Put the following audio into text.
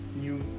new